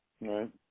Right